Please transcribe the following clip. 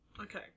Okay